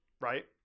right